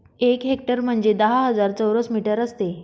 एक हेक्टर म्हणजे दहा हजार चौरस मीटर असते